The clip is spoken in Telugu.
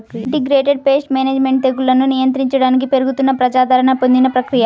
ఇంటిగ్రేటెడ్ పేస్ట్ మేనేజ్మెంట్ తెగుళ్లను నియంత్రించడానికి పెరుగుతున్న ప్రజాదరణ పొందిన ప్రక్రియ